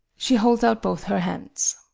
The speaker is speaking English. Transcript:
she holds out both her hands.